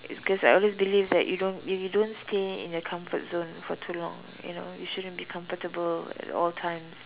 it's cause I always believe that you know if you don't stay in your comfort zone for too long you know you shouldn't be comfortable at all times